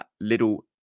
little